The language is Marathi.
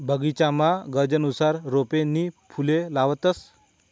बगीचामा गरजनुसार रोपे नी फुले लावतंस